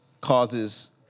causes